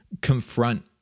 confront